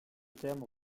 termes